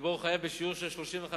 שבו הוא חייב בשיעור של 35%